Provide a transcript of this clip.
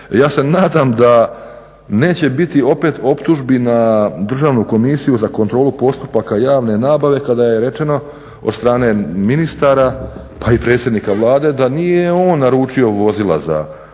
ja se nadam da neće opet biti optužbi za Državnu komisiju za kontrolu postupaka javne nabave kada je rečeno od strane ministara, pa i predsjednika Vlade da nije on naručio vozila, to je